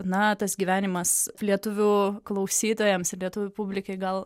na tas gyvenimas lietuvių klausytojams ir lietuvių publikai gal